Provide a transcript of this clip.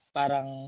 parang